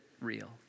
real